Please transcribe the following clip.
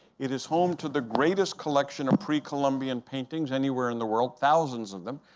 it is home to the greatest collection of pre-colombian paintings anywhere in the world thousands of them.